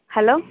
hello